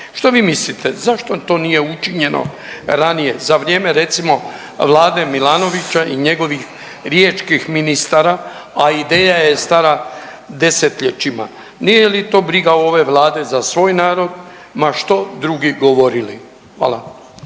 Što vi mislite zašto to nije učinjeno ranije za vrijeme recimo vlade Milanovića i njegovih riječkih ministara, a ideja je stara desetljećima. Nije li to briga ove Vlade za svoj narod ma što drugi govorili? Hvala.